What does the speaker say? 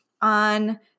on